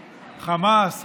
חמאס,